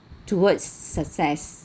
towards success